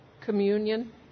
communion